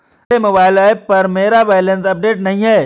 मेरे mobile app पर मेरा बैलेंस अपडेट नहीं है